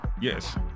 yes